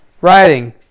writing